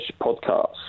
podcast